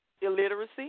illiteracy